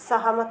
सहमत